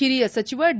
ಹಿರಿಯ ಸಚಿವ ಡಿ